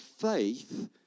faith